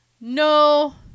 no